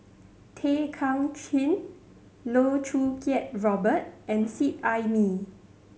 Tay Kay Chin Loh Choo Kiat Robert and Seet Ai Mee